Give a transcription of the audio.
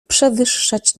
przewyższać